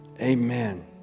amen